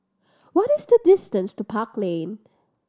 what is the distance to Park Lane